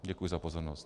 Děkuji za pozornost.